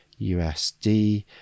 USD